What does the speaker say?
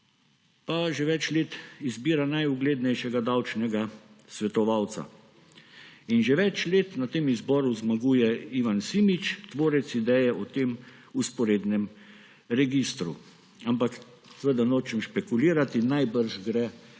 pa že več let izbira najuglednejšega davčnega svetovalca in že več let na tem izboru zmaguje Ivan Simič, tvorec ideje o tem vzporednem registru. Ampak, seveda, nočem špekulirati, najbrž gre v